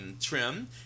trim